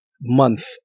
month